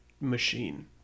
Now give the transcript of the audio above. machine